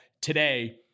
today